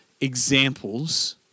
examples